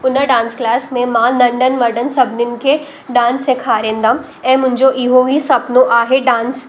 हुन dance class में मां नंढनि वॾनि सभिनीनि खे डांस सेखारींदमि ऐं मुंहिंजो इहो ई सुपिनो आहे डांस